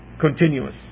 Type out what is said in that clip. continuous